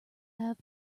have